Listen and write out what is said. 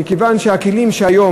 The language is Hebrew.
מכיוון שהכלים שיש היום,